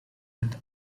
with